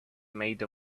made